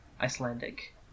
Icelandic